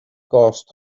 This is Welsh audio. gost